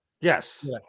Yes